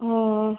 ও